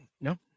No